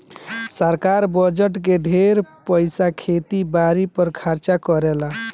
सरकार बजट के ढेरे पईसा खेती बारी पर खर्चा करेले